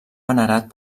venerat